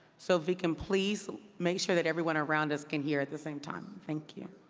so if we can please make sure that everyone around us can hear at the same time. thank you.